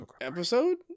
episode